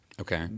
Okay